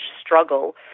struggle